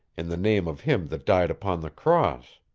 in the name of him that died upon the cross.